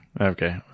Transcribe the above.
Okay